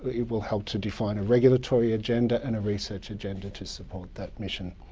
it will help to define a regulatory agenda and a research agenda to support that mission.